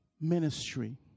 ministry